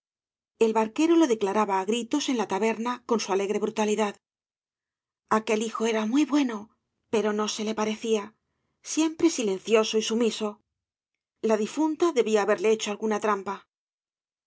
el barquero lo declaraba gañas y barro á gritos en la taberna con su alegre brutalidad aquel hijo era muy bueno pero no ee le parecía siempre büencioso y sumiso la difunta debía haberle hecho alguna trampa